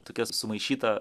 tokia sumaišyta